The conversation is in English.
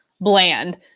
bland